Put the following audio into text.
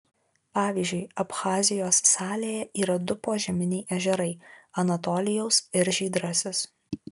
pavyzdžiui abchazijos salėje yra du požeminiai ežerai anatolijaus ir žydrasis